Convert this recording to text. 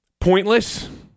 Pointless